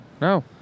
No